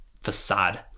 facade